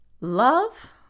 love